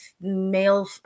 male